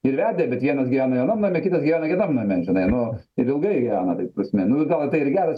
ir vedę bet vienas gyvena vienam name kitas gyvena kitam name žinai nu ir ilgai gyvena ta prasme nu gal tai ir geras